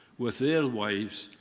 with their wives,